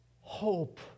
hope